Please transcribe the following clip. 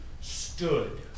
stood